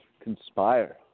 conspire